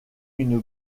une